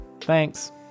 Thanks